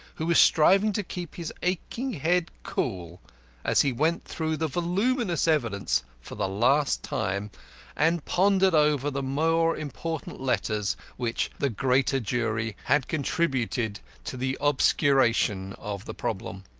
who was striving to keep his aching head cool as he went through the voluminous evidence for the last time and pondered over the more important letters which the greater jury had contributed to the obscuration of the problem.